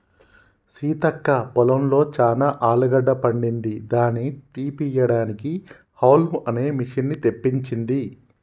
సీతక్క పొలంలో చానా ఆలుగడ్డ పండింది దాని తీపియడానికి హౌల్మ్ అనే మిషిన్ని తెప్పించింది